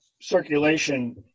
circulation